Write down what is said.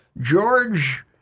George